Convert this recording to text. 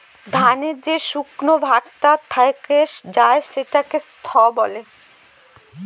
ধানের যে শুকনা ভাগটা থেকে যায় সেটাকে স্ত্র বলে